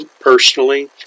personally